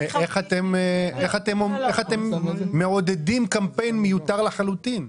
איך אתם מעודדים קמפיין מיותר לחלוטין?